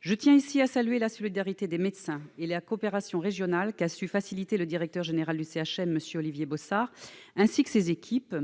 Je tiens ici à saluer la solidarité des médecins et la coopération régionale qu'a su faciliter le directeur général du CHM, M. Olivier Bossard, ainsi que ses équipes.